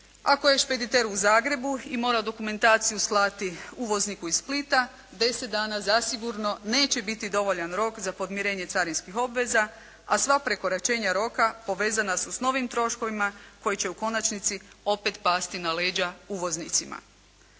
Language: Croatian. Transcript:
ako je špediter u Zagrebu i mora dokumentaciju slati uvozniku iz Splita, 10 dana zasigurno neće biti dovoljan rok za podmirenje carinskih obveza a sva prekoračenja roka povezana su s novim troškovima koji će u konačnici opet pasti na leđa uvoznicima.